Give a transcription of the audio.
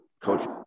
coach